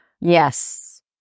Yes